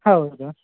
ಹೌದು